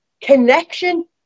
connection